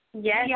Yes